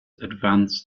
advanced